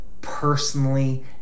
personally